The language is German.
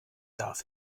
darf